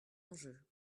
enjeux